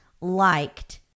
liked